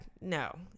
no